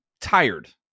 tired